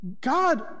God